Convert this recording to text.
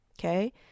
Okay